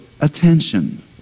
attention